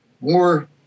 more